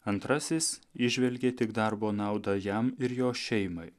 antrasis įžvelgė tik darbo naudą jam ir jo šeimai